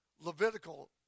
Levitical